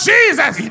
Jesus